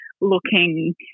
looking